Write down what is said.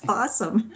awesome